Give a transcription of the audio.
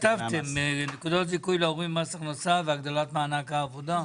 אבל כך כתבתם: נקודות זיכוי להורים במס הכנסה והגדלת מענק העבודה.